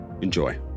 Enjoy